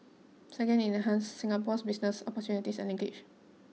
second it enhances Singapore's business opportunities and linkages